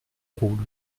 roule